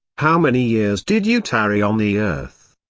how many years did you tarry on the earth?